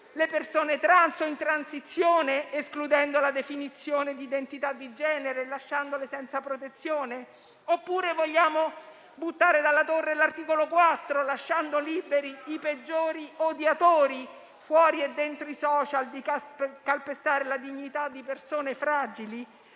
Le persone trans o in transizione, escludendo la definizione di identità di genere e lasciandole senza protezione? Oppure vogliamo buttare dalla torre l'articolo 4, lasciando i peggiori odiatori - fuori e dentro i *social* - liberi di calpestare la dignità delle persone fragili?